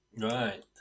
Right